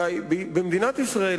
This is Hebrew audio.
הרי במדינת ישראל,